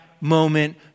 moment